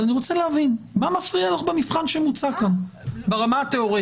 אבל אני רוצה להבין מה מפריע לך במבחן שמוצע כאן ברמה התיאורטית?